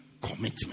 Commitment